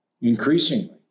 increasingly